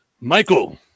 Michael